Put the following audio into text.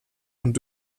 und